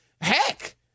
Heck